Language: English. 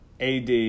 AD